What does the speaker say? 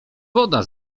woda